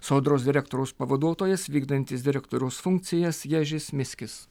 sodros direktoriaus pavaduotojas vykdantis direktoriaus funkcijas ježis miskis